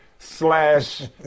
Slash